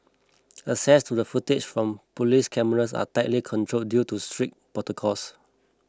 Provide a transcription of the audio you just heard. access to the footage from police cameras are tightly controlled due to strict protocols